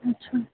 अच्छा